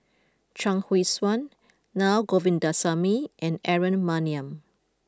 Chuang Hui Tsuan Naa Govindasamy and Aaron Maniam